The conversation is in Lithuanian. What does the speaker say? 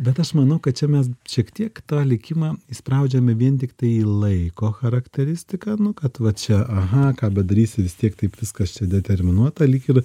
bet aš manau kad čia mes šiek tiek tą likimą įspaudžiame vien tiktai į laiko charakteristiką nu kad va čia aha ką padarysi vis tiek taip viskas čia determinuota lyg ir